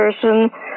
person